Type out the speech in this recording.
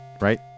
right